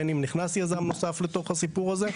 בין אם נכנס יזם נוסף לתוך הסיפור הזה,